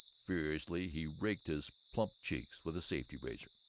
furiously he raked his plump cheeks with a safety-razor.